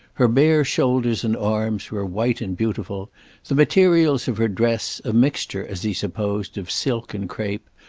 her bare shoulders and arms were white and beautiful the materials of her dress, a mixture, as he supposed, of silk and crape,